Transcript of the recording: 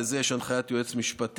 לזה יש הנחיית יועץ משפטי,